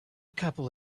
couple